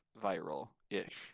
viral-ish